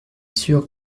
sûr